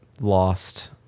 lost